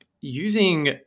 using